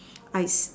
I see